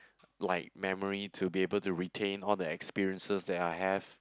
like memory to be able to retain all the experiences that I have